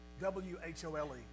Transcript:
W-H-O-L-E